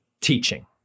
teaching